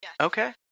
Okay